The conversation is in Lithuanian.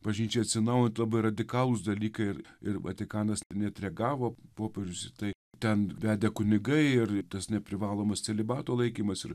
bažnyčiai atsinaujint labai radikalūs dalykai ir ir vatikanas net reagavo popiežius į tai ten vedę kunigai ir tas neprivalomas celibato laikymas ir